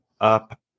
up